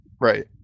Right